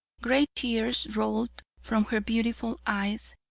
great tears rolled from her beautiful eyes,